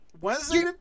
wednesday